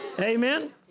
Amen